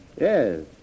Yes